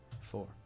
four